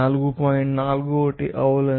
41జౌల్ అని తెలుసు